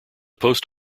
post